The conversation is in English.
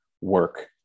work